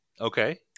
Okay